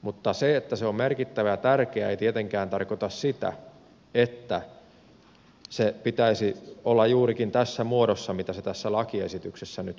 mutta se että se on merkittävä ja tärkeä ei tietenkään tarkoita sitä että sen pitäisi olla juurikin tässä muodossa mitä se tässä lakiesityksessä nyt on